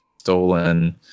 stolen